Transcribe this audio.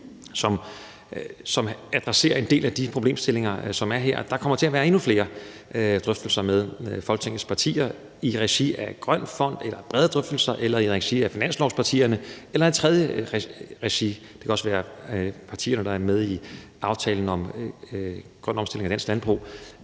som adresserer en del af de problemstillinger, som er her, og der kommer til at være endnu flere brede drøftelser med Folketingets partier i regi af en Grøn Fond, i regi af finanslovspartierne eller et tredje regi – det kan også være partierne, der er med i aftalen om en grøn omstilling af dansk landbrug